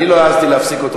אני לא העזתי להפסיק אותו.